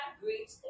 great